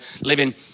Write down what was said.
living